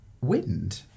wind